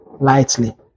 lightly